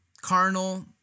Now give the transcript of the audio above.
carnal